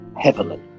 heavily